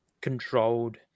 controlled